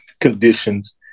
conditions